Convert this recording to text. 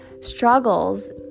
struggles